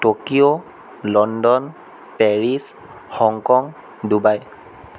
Tokyo London Paris Hong Kong Dubai